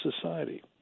society